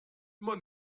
immer